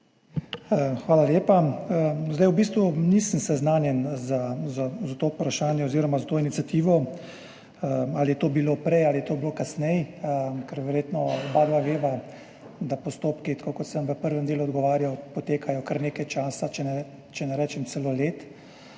Hvala lepa. V bistvu nisem seznanjen s tem vprašanjem oziroma s to iniciativo, ali je to bilo prej ali je to bilo kasneje, ker verjetno oba veva, da postopki, tako kot sem v prvem delu odgovarjal, potekajo kar nekaj časa, da ne rečem celo let,